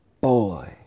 Boy